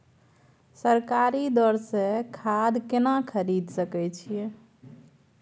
सरकारी दर से खाद केना खरीद सकै छिये?